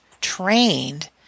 trained